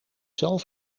zelf